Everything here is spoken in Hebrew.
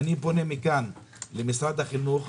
אני פונה מכאן למשרד החינוך.